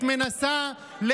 אני מסיתה?